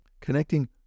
connecting